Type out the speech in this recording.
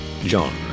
john